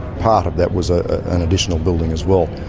part of that was ah an additional building as well.